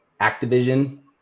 Activision